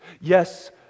Yes